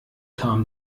kam